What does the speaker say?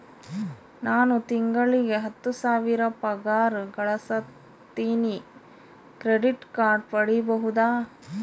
ನಾನು ತಿಂಗಳಿಗೆ ಹತ್ತು ಸಾವಿರ ಪಗಾರ ಗಳಸತಿನಿ ಕ್ರೆಡಿಟ್ ಕಾರ್ಡ್ ಪಡಿಬಹುದಾ?